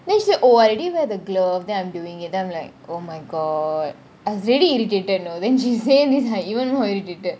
then she say oh I already wear the glove then I'm doing it then I'm like oh my god I was really irritated you know then she say this I even more irritated